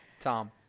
Tom